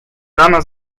rana